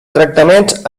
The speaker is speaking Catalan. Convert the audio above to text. tractaments